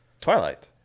Twilight